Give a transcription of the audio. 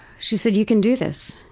she said, you can do this.